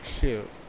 Shoot